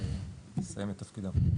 יסיים את תפקידו.